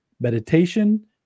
meditation